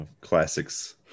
classics